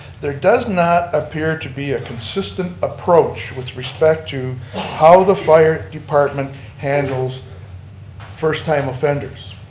there does not appear to be a consistent approach with respect to how the fire department handles first time offenders.